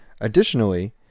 Additionally